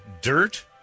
dirt